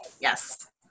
Yes